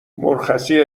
مرخصی